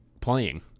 playing